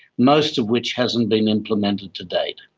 most of which hasn't been implemented to date.